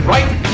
Right